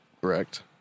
correct